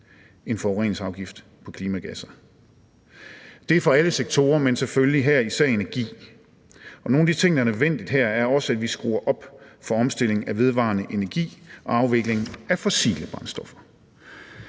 en forureningsafgift på klimagasser. Det er for alle sektorer, men selvfølgelig her især energi. Og nogle af de ting, der er nødvendige her, er også, at vi skruer op for omstillingen af vedvarende energi og afviklingen af fossile brændstoffer.